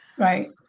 right